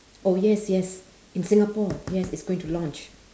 oh yes yes in singapore yes it's going to launch